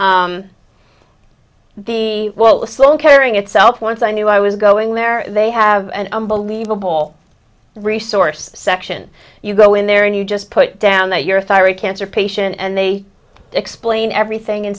the well the sloan kettering itself once i knew i was going there they have an unbelievable resource section you go in there and you just put down that your thyroid cancer patient and they explain everything in